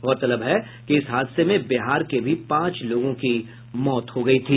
गौरतलब है कि इस हादसे में बिहार के भी पांच लोगों की मौत हो गयी थी